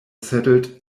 settled